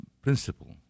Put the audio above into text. Principle